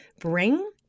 bring